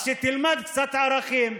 אז שתלמד קצת ערכים,